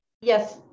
Yes